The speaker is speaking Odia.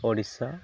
ଓଡ଼ିଶା